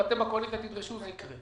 אם אתם בקואליציה תדרשו זה יקרה.